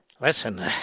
Listen